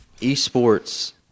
esports